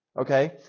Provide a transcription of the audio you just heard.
okay